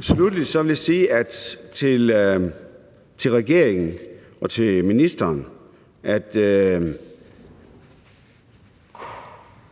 Sluttelig vil jeg sige til regeringen og til ministeren, at